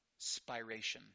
spiration